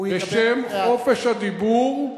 בשם חופש הדיבור,